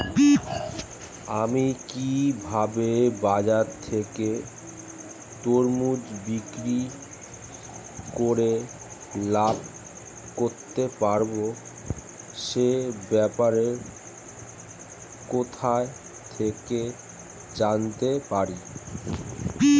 আমি কিভাবে বাজার থেকে তরমুজ বিক্রি করে লাভ করতে পারব সে ব্যাপারে কোথা থেকে জানতে পারি?